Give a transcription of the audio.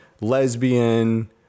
lesbian